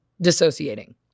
dissociating